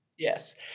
Yes